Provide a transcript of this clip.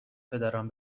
پدرم